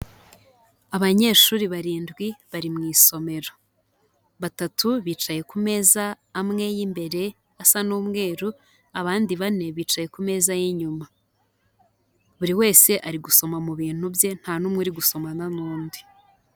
Abanyeshuri barindwi bari mu isomero. Batatu bicaye ku meza amwe y'imbere asa n'umweru, abandi bane bicaye ku meza y'inyuma. Buri wese ari gusoma mu bintu bye, nta n'umwe uri gusomana n'undi.